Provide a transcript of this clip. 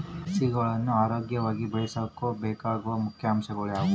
ಸಸಿಗಳನ್ನು ಆರೋಗ್ಯವಾಗಿ ಬೆಳಸೊಕೆ ಬೇಕಾಗುವ ಮುಖ್ಯ ಅಂಶಗಳು ಯಾವವು?